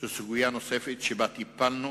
סוגיה נוספת שטיפלנו